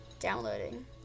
Downloading